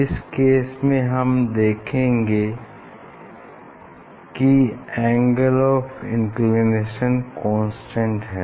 इस केस में हम देखते हैं कि एंगल ऑफ़ इंक्लिनेशन कांस्टेंट है